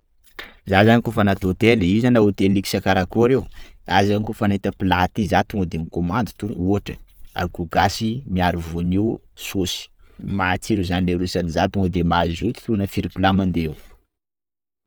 Zah zany koafa anaty hotely, io zany na hotely luxe karakory io, zah zany koafa nahita plat ty zah tonga de mi commande to, ohatra; akoho gasy miaro voanio saost matsiro zany leroa, sady zah tonga de mazoto na firy plat mandeh eo.